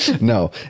no